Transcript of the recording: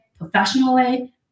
professionally